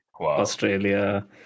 Australia